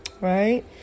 Right